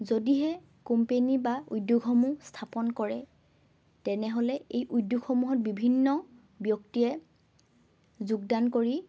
যদিহে কোম্পেনী বা উদ্যোগসমূহ স্থাপন কৰে তেনেহ'লে এই উদ্যোগসমূহত বিভিন্ন ব্যক্তিয়ে যোগদান কৰি